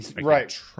right